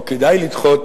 או כדאי לדחות,